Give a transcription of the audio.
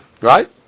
Right